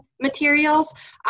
materials